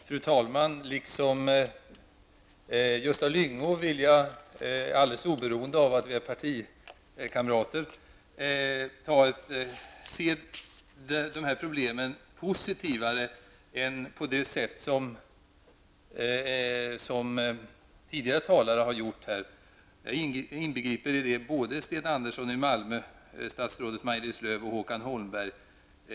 Fru talman! Liksom Gösta Lyngå vill jag, alldeles oberoende av att vi är partikamrater, se dessa problem positivare än tidigare talare gjorde -- jag syftar på Sten Andersson i Malmö, statsrådet Maj Lis Lööw och Håkan Holmberg.